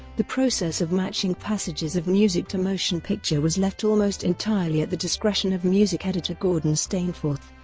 the process of matching passages of music to motion picture was left almost entirely at the discretion of music editor gordon stainforth,